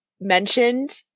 mentioned